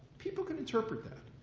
people could interpret that.